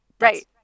right